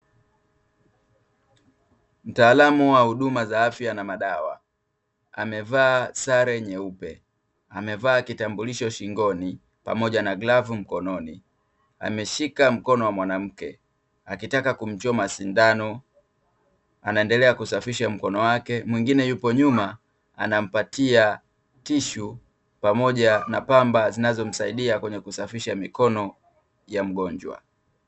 Mtaalam wa huduma za afya na madawa amevaa sare nyeupe, amevaa kitambulisho shingoni pamoja na glavu mkononi ameshika mkono wa mwanamke akitaka kumchoma sindano. Anaendelea kusafisha mkono wake mwingine yupo nyuma anampatia tishu pamoja na pamba zinazomsaidia kwenye kusafisha mikono ya mgonjwa.